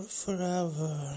forever